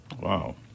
Wow